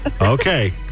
Okay